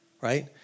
right